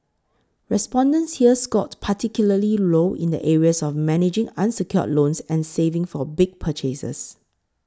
respondents here scored particularly low in the areas of managing unsecured loans and saving for big purchases